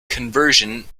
conversion